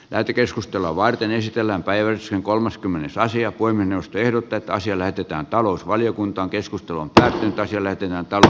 lähetekeskustelua varten esitellään väyrysen kolmaskymmenes aasia voi mennä ehdotetaan siellä pitää talousvaliokunta keskustelun päihittäisi löytyvät tältä